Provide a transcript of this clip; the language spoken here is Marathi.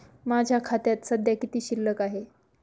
माझ्या खात्यात सध्या किती शिल्लक आहे?